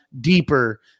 deeper